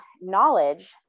knowledge